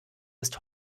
ist